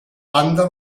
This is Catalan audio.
banda